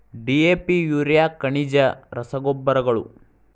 DAP urea ಖನಿಜ ರಸಗೊಬ್ಬರಗಳು